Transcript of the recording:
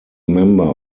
member